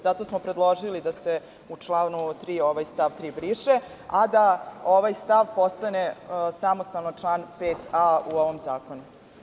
Zato smo predložili da se u članu 3. ovaj stav 3. briše, a da ovaj stav postane samostalan član 5a u ovom zakonu.